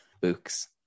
Books